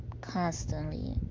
constantly